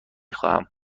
خواهم